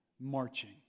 marching